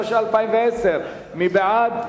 התש"ע 2010. מי בעד?